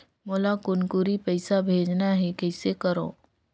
मोला कुनकुरी पइसा भेजना हैं, कइसे करो?